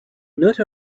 not